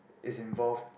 is involved